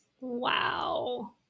Wow